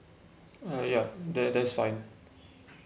uh ya that that's fine